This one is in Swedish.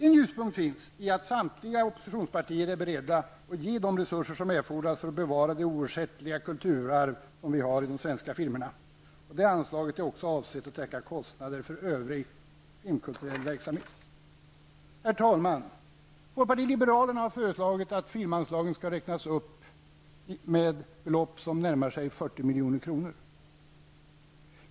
En ljuspunkt finns i att samtliga oppositionspartier är beredda att ge de resurser som erfordras för att bevara det oersättliga kulturarv som vi har i de svenska filmerna. Det anslaget är också avsett att täcka kostnader för övrig filmkulturell verksamhet. Herr talman! Folkpartiet liberalerna har föreslagit att filmanslagen skall räknas upp med närmare 40 milj.kr.